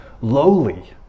lowly